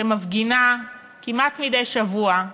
שמפגינה כמעט מדי שבוע,